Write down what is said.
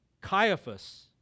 Caiaphas